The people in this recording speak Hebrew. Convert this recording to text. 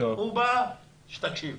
הוא בא לכאן כדי שתקשיב.